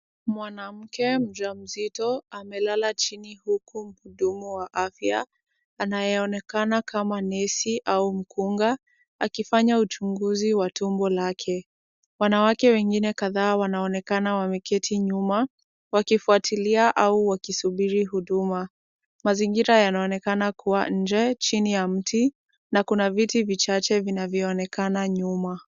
Mwanamke mjamzito amelala chini huku mhudumu wa afya anayeonekana kama nesi au mkunga akifanya uchunguzi wa tumbo lake. Wanawake wengine kadhaa wanaonekana wameketi nyuma wakifuatilia au wakisubiri huduma. Mazingira yanaonekana kuwa nje chini ya mti na kuna viti vichache vinavyoonekana nyuma.